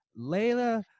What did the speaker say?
Layla